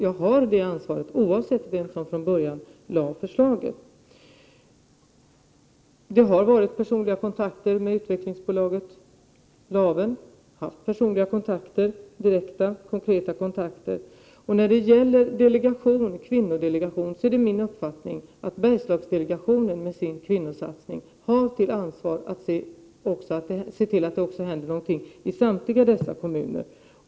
Jag har ett ansvar i det avseendet, oavsett vem det var som från början lade fram förslaget. Det har varit personliga kontakter med utvecklingsbolaget Laven. Jag har alltså haft direkta och konkreta kontakter med bolaget. När det gäller kvinnodelegationen är det min uppfattning att Bergslagsdelegationen med sin kvinnosatsning har ett ansvar för att någonting händer i samtliga dessa kommuner.